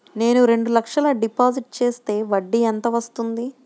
నేను రెండు లక్షల డిపాజిట్ చేస్తే వడ్డీ ఎంత వస్తుంది?